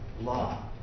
law